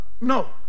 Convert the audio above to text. No